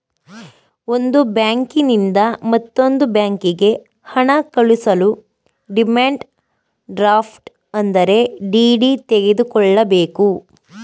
ಒಂದು ಬ್ಯಾಂಕಿನಿಂದ ಮತ್ತೊಂದು ಬ್ಯಾಂಕಿಗೆ ಹಣ ಕಳಿಸಲು ಡಿಮ್ಯಾಂಡ್ ಡ್ರಾಫ್ಟ್ ಅಂದರೆ ಡಿ.ಡಿ ತೆಗೆದುಕೊಳ್ಳಬೇಕು